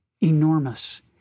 enormous